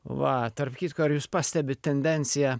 va tarp kitko ar jūs pastebit tendenciją